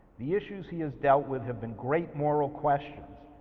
the issues he has dealt with have been great moral questions.